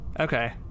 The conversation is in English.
Okay